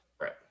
Right